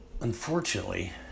unfortunately